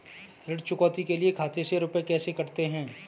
ऋण चुकौती के लिए खाते से रुपये कैसे कटते हैं?